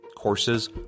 courses